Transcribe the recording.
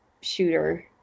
shooter